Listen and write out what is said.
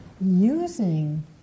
using